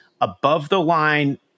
above-the-line